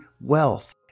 wealth